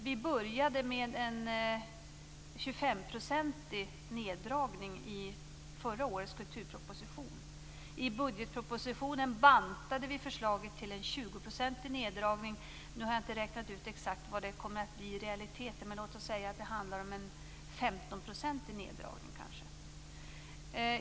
Vi började med en neddragning på 25 % i förra årets kulturproposition. I budgetpropositionen bantade vi förslaget till en neddragning på 20 %. Nu har jag inte räknat ut exakt vad det kommer att bli i realiteten, men låt oss säga att det handlar om en neddragning på kanske 15 %.